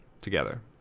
together